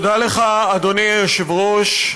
תודה לך, אדוני היושב-ראש.